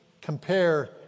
compare